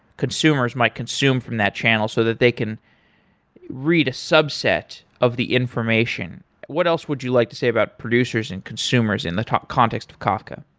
consumers might consume from that channel so that they can read a subset of the information what else would you like to say about producers and consumers in the top context of kafka?